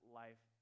life